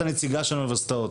את הנציגה של האוניברסיטאות.